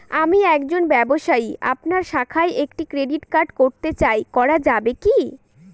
আমি একজন ব্যবসায়ী আপনার শাখায় একটি ক্রেডিট কার্ড করতে চাই করা যাবে কি?